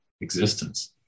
existence